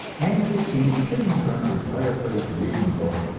and you will see him sitting in front of his fireplace, reading a book,